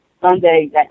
Sunday